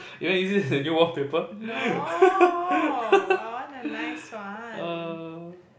you want use this as a new wallpaper